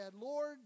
Lord